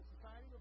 society